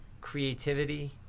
creativity